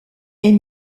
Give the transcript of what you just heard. est